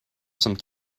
some